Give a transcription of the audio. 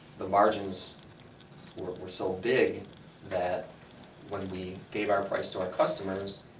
the margins were so big that when we gave our price to our customers,